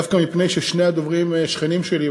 דווקא מפני ששני הדוברים שכנים שלי,